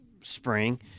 spring